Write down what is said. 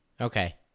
Okay